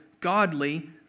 godly